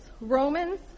Romans